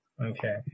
Okay